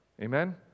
Amen